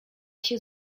się